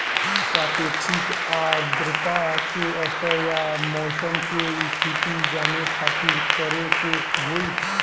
सापेक्षिक आद्रता के स्तर या मौसम के स्थिति जाने खातिर करे के होई?